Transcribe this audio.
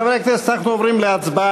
חברי הכנסת, אנחנו עוברים להצבעה.